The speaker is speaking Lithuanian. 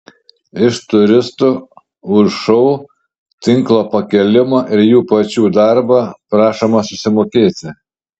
iš turistų už šou tinklo pakėlimą ir jų pačių darbą prašoma susimokėti